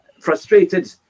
frustrated